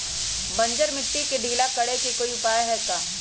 बंजर मिट्टी के ढीला करेके कोई उपाय है का?